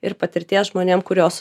ir patirties žmonėm kuriuos